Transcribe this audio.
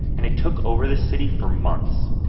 and it took over the city for months.